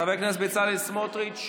חבר הכנסת בצלאל סמוטריץ'